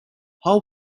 how